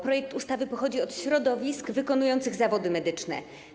Projekt ustawy pochodzi od środowisk wykonujących zawody medyczne.